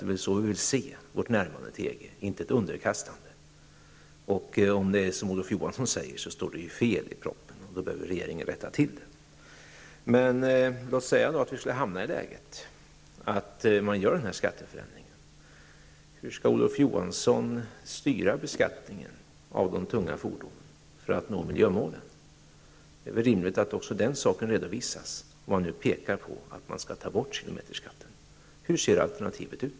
Det är väl så vi vill se vårt närmande till EG, inte som ett underkastande. Om det är som Olof Johansson säger står det fel i propositionen, och då behöver regeringen rätta till detta. Låt oss säga att vi skulle hamna i det läget att man genomför denna skatteförändring. Hur skall Olof Johansson då styra beskattningen av de tunga fordonen för att nå miljömålen? Det är väl rimligt att också den saken redovisas, när nu allt pekar på att man skall ta bort kilometerskatten. Hur ser alternativet ut?